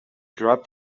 dropped